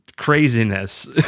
craziness